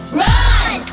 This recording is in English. run